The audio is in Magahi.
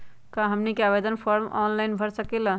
क्या हमनी आवेदन फॉर्म ऑनलाइन भर सकेला?